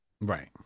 Right